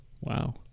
Wow